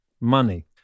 money